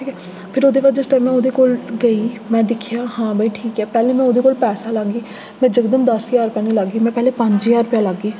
ठीक ऐ फिर ओह्दे बाद जिस टाइम में ओह्दे कोल गेई में दिक्खेआ हां भई ठीक ऐ पैह्लें में ओह्दे कोल पैसा लाह्गी में यकदम दस्स ज्हार पैह्लें लाह्गी में पैह्लें पंज ज्हार रपेआ लाह्गी